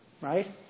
Right